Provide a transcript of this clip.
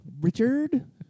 Richard